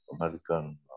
American